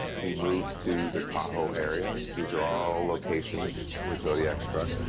he moves to the tahoe area. these are all locations where zodiac struck.